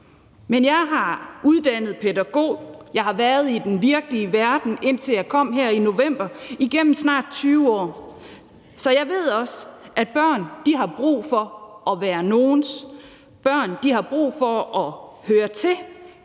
Men jeg er uddannet pædagog, jeg har været i den virkelige verden, indtil jeg kom herind i november, igennem snart 20 år, så jeg ved også, at børn har brug for at være nogens. Børn har brug for at høre til.